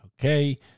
Okay